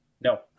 No